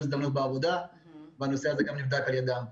הזדמנויות בעבודה והנושא הזה גם נבדק על ידם.